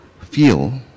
feel